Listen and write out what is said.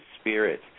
spirit